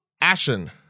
Ashen